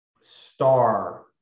star